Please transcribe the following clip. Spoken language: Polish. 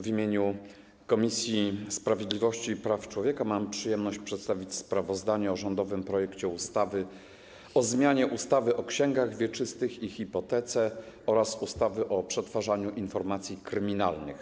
W imieniu Komisji Sprawiedliwości i Praw Człowieka mam przyjemność przedstawić sprawozdanie o rządowym projekcie ustawy o zmianie ustawy o księgach wieczystych i hipotece oraz ustawy o przetwarzaniu informacji kryminalnych.